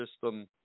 system